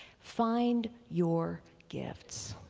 find your gifts.